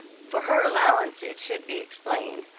for her allowance it should be explained,